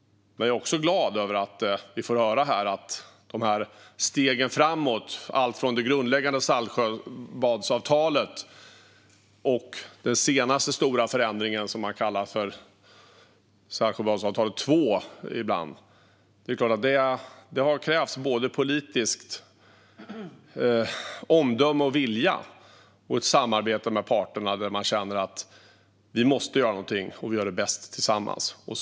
Jag är också glad över att vi får höra här att stegen framåt, alltifrån det grundläggande Saltsjöbadsavtalet och den senaste stora förändringen som man ibland kallar för Saltsjöbadsavtalet 2, har krävt både politiskt omdöme och vilja och ett samarbete med parterna där vi känner att vi måste göra någonting och att vi gör det bäst tillsammans.